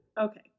Okay